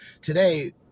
Today